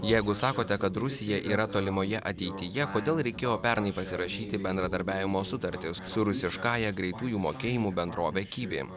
jeigu sakote kad rusija yra tolimoje ateityje kodėl reikėjo pernai pasirašyti bendradarbiavimo sutartį su rusiškąja greitųjų mokėjimų bendrove kivi